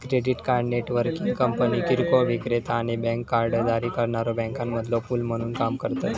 credit card networking कंपन्यो किरकोळ विक्रेता आणि बँक कार्ड जारी करणाऱ्यो बँकांमधलो पूल म्हणून काम करतत